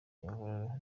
imvururu